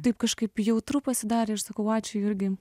taip kažkaip jautru pasidarė ir aš sakau ačiū jurgi